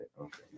Okay